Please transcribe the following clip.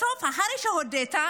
בסוף, אחרי שהודתה,